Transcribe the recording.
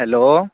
hello